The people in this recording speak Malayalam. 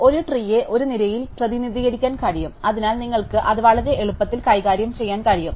നിങ്ങൾക്ക് ഒരു ട്രീയെ ഒരു നിരയിൽ പ്രതിനിധീകരിക്കാൻ കഴിയും അതിനാൽ നിങ്ങൾക്ക് അത് വളരെ എളുപ്പത്തിൽ കൈകാര്യം ചെയ്യാൻ കഴിയും